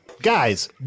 Guys